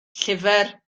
llyfr